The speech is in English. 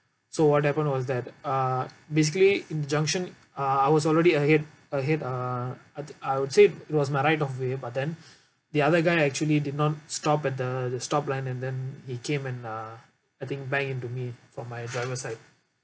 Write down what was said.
so what happened was that uh basically in the junction uh I was already ahead ahead uh I I would say it was my right of way but then the other guy actually did not stop at the stop line and then he came and uh I think banged into me from my driver side